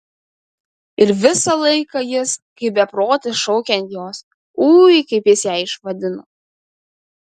ir visą laiką jis kaip beprotis šaukia ant jos ui kaip jis ją išvadino